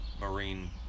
Marine